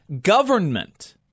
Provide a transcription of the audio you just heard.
government